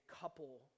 couple